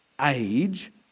age